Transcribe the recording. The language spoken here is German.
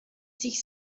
sich